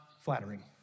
flattering